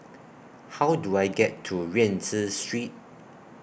How Do I get to Rienzi Street